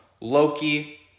Loki